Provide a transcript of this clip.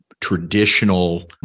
traditional